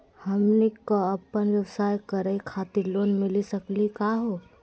हमनी क अपन व्यवसाय करै खातिर लोन मिली सकली का हो?